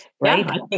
right